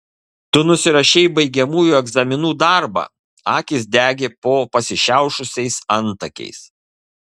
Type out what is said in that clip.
tu nusirašei baigiamųjų egzaminų darbą akys degė po pasišiaušusiais antakiais